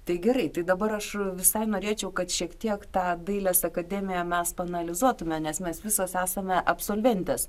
tai gerai tai dabar aš visai norėčiau kad šiek tiek tą dailės akademiją mes paanalizuotume nes mes visos esame absolventės